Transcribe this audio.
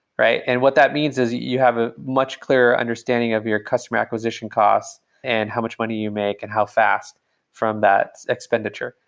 and what that means is you have a much clearer understanding of your customer acquisition costs and how much money you make and how fast from that expenditure.